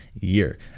year